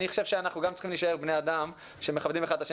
אני חושב שאנחנו גם צריכים להישאר בני אדם שמכבדים אחד את השני,